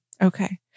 Okay